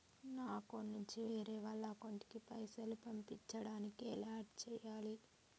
నా అకౌంట్ నుంచి వేరే వాళ్ల అకౌంట్ కి పైసలు పంపించడానికి ఎలా ఆడ్ చేయాలి?